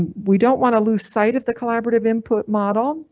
ah we don't want to lose sight of the collaborative input model,